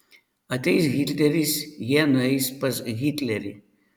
ateis hitleris jie nueis pas hitlerį